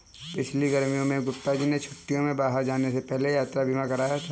पिछली गर्मियों में गुप्ता जी ने छुट्टियों में बाहर जाने से पहले यात्रा बीमा कराया था